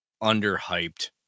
under-hyped